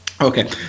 Okay